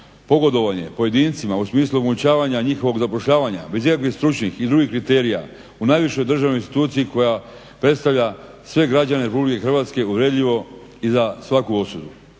pogodovanje pojedincima u smislu omogućavanja njihovog zapošljavanja bez ikakvih stručnih i drugih kriterija u najvišoj državnoj instituciji koja predstavlja sve građane Republike Hrvatske uvredljivo i za svaku osudu.